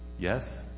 Yes